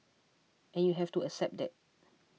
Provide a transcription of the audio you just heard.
and you have to accept that